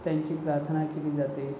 त्यांची प्रार्थना केली जाते